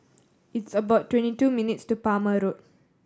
it's about twenty two minutes' to Palmer Road